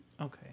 Okay